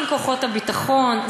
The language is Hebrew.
עם כוחות הביטחון.